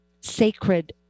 sacred